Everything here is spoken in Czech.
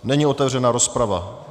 Není otevřena rozprava.